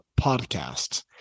podcasts